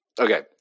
Okay